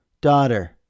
Daughter